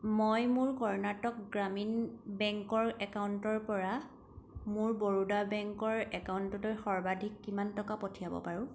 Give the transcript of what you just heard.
মই মোৰ কৰ্ণাটক গ্ৰামীণ বেংকৰ একাউণ্টৰ পৰা মোৰ বৰোদা বেংকৰ একাউণ্টলৈ সৰ্বাধিক কিমান টকা পঠিয়াব পাৰোঁ